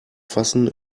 fassen